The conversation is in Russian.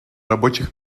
рабочих